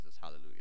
Hallelujah